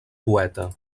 poeta